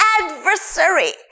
adversary